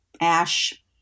ash